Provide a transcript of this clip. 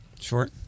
Short